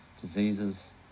diseases